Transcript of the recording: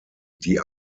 die